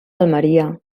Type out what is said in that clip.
almeria